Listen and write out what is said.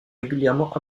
régulièrement